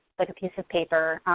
like a piece of paper.